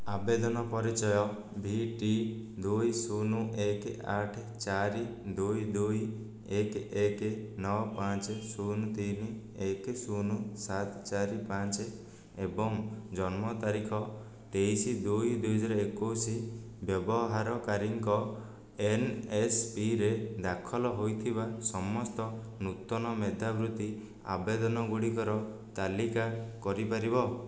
ଆବେଦନ ପରିଚୟ V T ଦୁଇ ଶୂନ ଏକ ଆଠ ଚାରି ଦୁଇ ଦୁଇ ଏକ ଏକ ନଅ ପାଞ୍ଚ ଶୂନ ତିନି ଏକ ଶୂନ ସାତ ଚାରି ପାଞ୍ଚ ଏବଂ ଜନ୍ମ ତାରିଖ ତେଇଶ ଦୁଇ ଦୁଇହଜାର ଏକୋଇଶ ବ୍ୟବହାରକାରୀଙ୍କ ଏନ୍ଏସ୍ପିରେ ଦାଖଲ ହୋଇଥିବା ସମସ୍ତ ନୂତନ ମେଧାବୃତ୍ତି ଆବେଦନ ଗୁଡ଼ିକର ତାଲିକା କରିପାରିବ